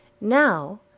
now